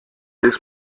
this